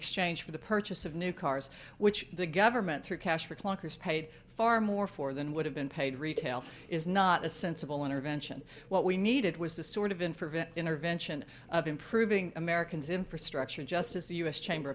exchange for the purchase of new cars which the government through cash for clunkers paid far more for than would have been paid retail is not a sensible intervention what we needed was the sort of in for vet intervention of improving america's infrastructure just as the u s chamber